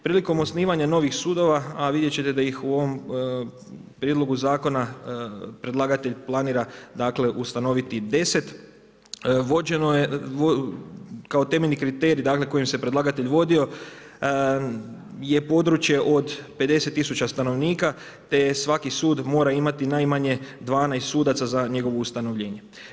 Prilikom osnivanja novih sudova, a vidjeti ćete da ih u ovom prijedlogu zakona, predlagatelj planira dakle, ustanoviti 10, vođeno je, kao temeljni kriterij, dakle, kojim se predlagatelj vodio, je područje od 50000 stanovnika, te je svaki sud mora imati najmanje 12 sudaca za njegovo ustanovljenje.